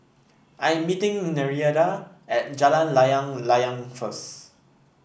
I am meeting Nereida at Jalan Layang Layang first